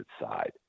side